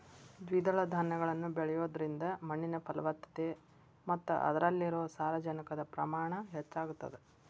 ದ್ವಿದಳ ಧಾನ್ಯಗಳನ್ನ ಬೆಳಿಯೋದ್ರಿಂದ ಮಣ್ಣಿನ ಫಲವತ್ತತೆ ಮತ್ತ ಅದ್ರಲ್ಲಿರೋ ಸಾರಜನಕದ ಪ್ರಮಾಣ ಹೆಚ್ಚಾಗತದ